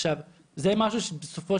פעם זה היה בצבא, עכשיו זה הועבר לרמ"י.